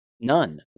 None